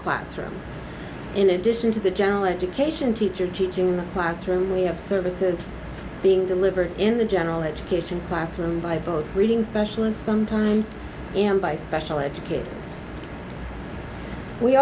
classroom in addition to the general education teacher teaching the classroom we have services being delivered in the general education classroom by both reading specialists sometimes by special education we